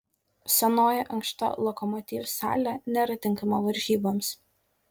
senoji ankšta lokomotiv salė nėra tinkama varžyboms